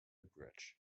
bridge